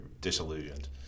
disillusioned